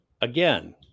again